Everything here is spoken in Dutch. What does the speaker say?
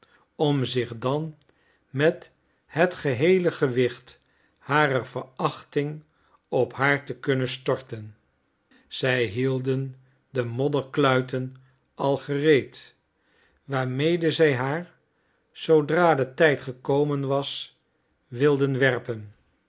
om zich dan met het geheele gewicht harer verachting op haar te kunnen storten zij hielden de modderkluiten al gereed waarmede zij haar zoodra de tijd gekomen was wilden werpen